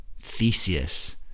Theseus